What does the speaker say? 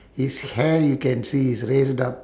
his hair you can see it's raised up